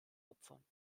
opfern